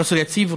פרופ' יציב,